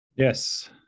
Yes